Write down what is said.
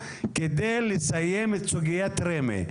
כדי לסיים את סוגית רמ"י.